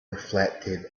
reflected